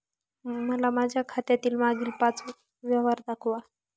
मला माझ्या खात्यातील मागील पांच व्यवहार दाखवा